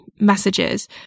messages